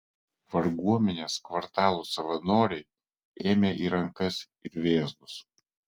varguomenės kvartalų savanoriai ėmė į rankas ir vėzdus